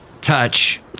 touch